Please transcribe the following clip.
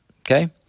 Okay